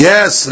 Yes